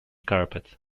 carpet